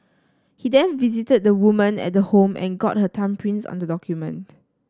he then visited the woman at the home and got her thumbprints on the document